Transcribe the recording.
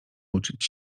uczyć